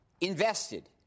invested